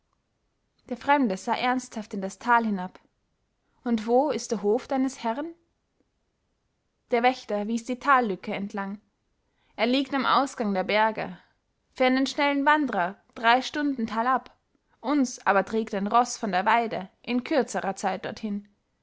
der fremde sah ernsthaft in das tal hinab und wo ist der hof deines herrn der wächter wies die tallücke entlang er liegt am ausgang der berge für einen schnellen wandrer drei stunden talab uns aber trägt ein roß von der weide in kürzerer zeit dorthin